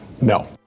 No